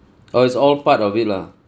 oh it's all part of it lah